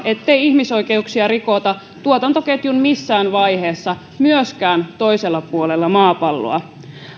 ettei ihmisoikeuksia rikota tuotantoketjun missään vaiheessa myöskään toisella puolella maapalloa